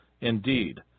Indeed